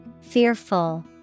fearful